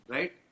Right